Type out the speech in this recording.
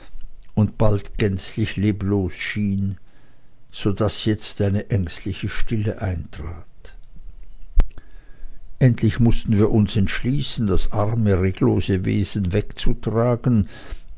und bald gänzlich leblos schien so daß jetzt eine ängstliche stille eintrat endlich mußten wir uns entschließen das arme reglose wesen wegzutragen